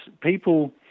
people